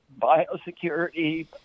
Biosecurity